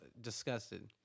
disgusted